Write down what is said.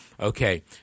Okay